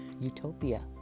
utopia